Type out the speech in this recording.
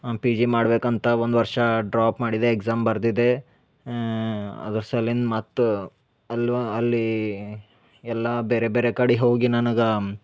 P G ಮಾಡಬೇಕಂತ ಒಂದು ವರ್ಷ ಡ್ರಾಪ್ ಮಾಡಿದೆ ಎಕ್ಸಾಮ್ ಬರ್ದಿದೆ ಅದ್ರ ಸಲಿಂದ ಮತ್ತೆ ಅಲ್ಲಿ ಅಲ್ಲಿ ಎಲ್ಲಾ ಬೇರೆ ಬೇರೆ ಕಡೆ ಹೋಗಿ ನನಗೆ